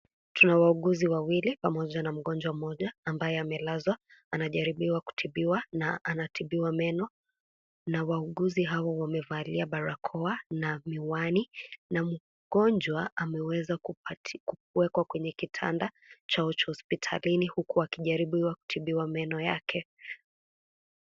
Tuna wauguzi wawili pamoja na mgonjwa mmoja amabye amelazwa anajaribiwa kutibiwa na anatibiwa meno na wauguzi hawa wamevalia barakoa na miwani na mgonjwa ameweza kuwekwa kwenye kitanda chao cha hospitalini huku akijaribiwa kutibiwa meno yake.